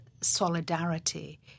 solidarity